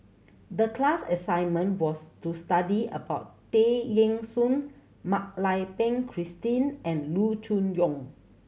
the class assignment was to study about Tay Eng Soon Mak Lai Peng Christine and Loo Choon Yong